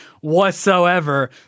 whatsoever